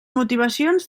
motivacions